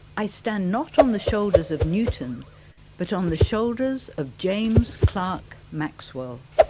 i stand not on the shoulders of newton but on the shoulders of james clerk maxwell.